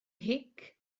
mhic